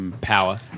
power